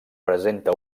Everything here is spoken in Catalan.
presenta